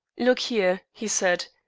look here, he said,